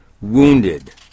wounded